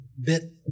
bit